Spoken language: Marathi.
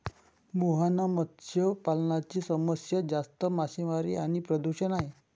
मुहाना मत्स्य पालनाची समस्या जास्त मासेमारी आणि प्रदूषण आहे